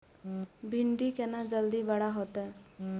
भिंडी केना जल्दी बड़ा होते?